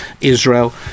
Israel